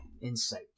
Insight